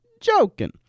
joking